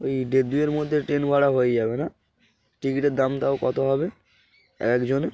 ওই ডেবুয়ের মধ্যে ট্রেন ভাড়া হয়ে যাবে না টিকিটের দাম তাও কত হবে একজনে